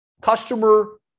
customer